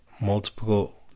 multiple